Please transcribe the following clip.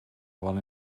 while